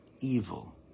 evil